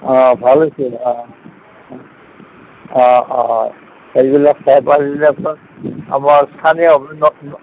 অঁ ভাল হৈছে অঁ অঁ অঁ আমাৰ স্থানীয় বিভিন্ন